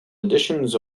editions